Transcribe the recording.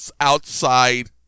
outside